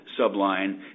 subline